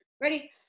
ready